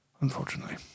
unfortunately